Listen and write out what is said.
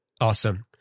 Awesome